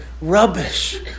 rubbish